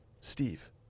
Steve